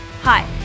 Hi